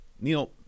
Neil